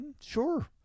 sure